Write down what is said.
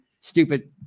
stupid